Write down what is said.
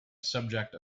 subject